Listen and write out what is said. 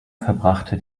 verbrachte